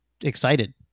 excited